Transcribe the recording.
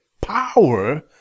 power